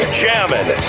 jamming